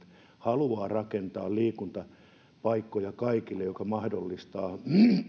haluaa rakentaa liikuntapaikkoja kaikille mikä mahdollistaa